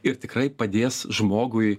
ir tikrai padės žmogui